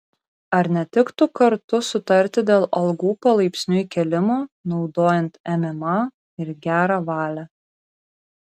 ar netiktų kartu sutarti dėl algų palaipsniui kėlimo naudojant mma ir gerą valią